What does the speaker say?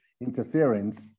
interference